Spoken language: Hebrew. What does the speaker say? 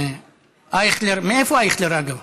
אייכלר, מאיפה אייכלר, אגב?